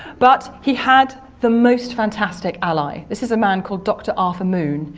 but he had the most fantastic ally. this is a man called doctor arthur moon,